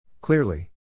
Clearly